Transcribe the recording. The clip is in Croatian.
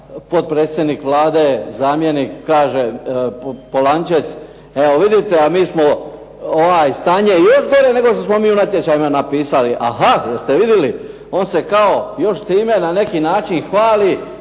potpredsjednik Vlade, zamjenik kaže Polančec evo vidite a mi smo, stanje je još gore nego što smo mi u natječajima napisali. Aha, jeste vidjeli? On se kao još time na neki način hvali,